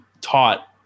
taught